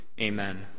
Amen